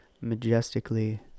majestically